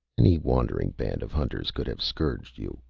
any wandering band of hunters could have scourged you,